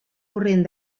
corrent